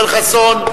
יואל חסון?